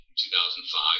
2005